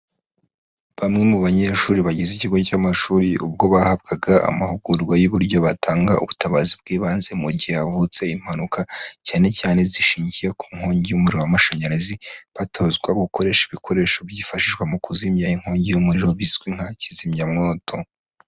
Bamwe mu banyeshuri bagize ikigo cy'amashuri ubwo bahabwaga amahugurwa y'uburyo batanga ubutabazi bw'ibanze mu gihe havutse impanuka cyane cyane zishingiye ku nkongi y'umuriro w'amashanyarazi, batozwa gukoresha ibikoresho byifashishwa mu kuzimya inkongi y'umuriro bizwi nka kizimyamwoto.